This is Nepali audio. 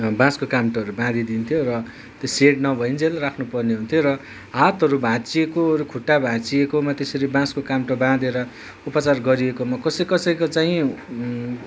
बाँसको काम्रोहरू बाँधी दिन्थ्यो र त्यो सेट नभइन्जेल राख्नुपर्ने हुन्थ्यो र हातहरू भाँच्चिको खुट्टा भाँचिएकोमा त्यसरी बाँसको काम्टो बाँधेर उपचार गरिएकोमा कसै कसैको चाहिँ